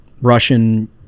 Russian